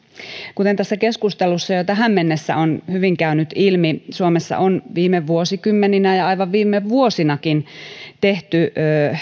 kuten tässä keskustelussa jo tähän mennessä on hyvin käynyt ilmi suomessa on viime vuosikymmeninä ja aivan viime vuosinakin tehty